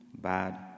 bad